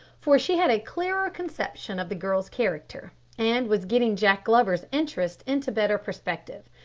for she had a clearer conception of the girl's character, and was getting jack glover's interest into better perspective.